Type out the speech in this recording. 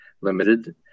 Limited